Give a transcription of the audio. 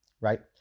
right